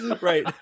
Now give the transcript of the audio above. right